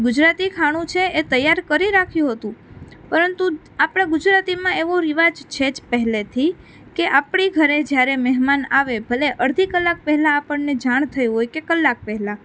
ગુજરાતી ખાણું છે એ તૈયાર કરી રાખ્યું હતું પરંતુ આપણાં ગુજરાતીમાં એવો રિવાજ છે જ પહેલેથી કે આપણી ઘરે જ્યારે મહેમાન આવે ભલે અડધી કલાક પહેલાં આપણને જાણ થયું હોય કે કલાક પહેલાં